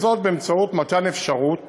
באמצעות מתן אפשרות